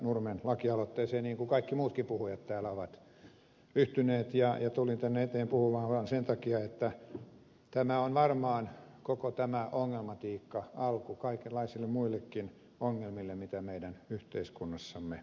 nurmen lakialoitteeseen niin kuin kaikki muutkin puhujat täällä ovat yhtyneet ja tulin tänne eteen puhumaan vaan sen takia että tämä koko ongelmatiikka on varmaan alku kaikenlaisille muillekin ongelmille joita meidän yhteiskunnassamme on